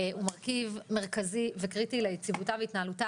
הוא מרכיב מרכזי וקריטי ליציבותה והתנהלותה